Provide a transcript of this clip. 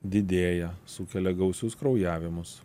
didėja sukelia gausius kraujavimus